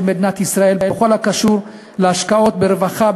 מדינת ישראל בכל הקשור להשקעות ברווחה,